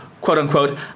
quote-unquote